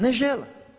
Ne žele.